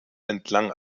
entlang